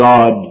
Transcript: God